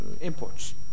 imports